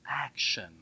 action